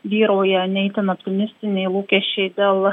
vyrauja ne itin optimistiniai lūkesčiai dėl